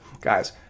Guys